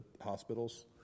hospitals